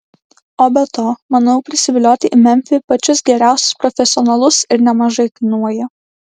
o be to manau prisivilioti į memfį pačius geriausius profesionalus ir nemažai kainuoja